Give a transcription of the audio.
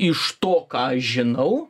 iš to ką aš žinau